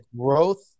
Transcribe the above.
growth